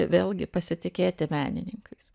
vėlgi pasitikėti menininkais